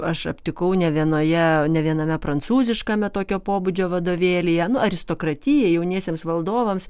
aš aptikau ne vienoje ne viename prancūziškame tokio pobūdžio vadovėlyje nu aristokratija jauniesiems valdovams